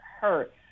hurt